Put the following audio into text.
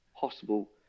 possible